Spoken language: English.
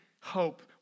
hope